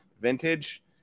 vintage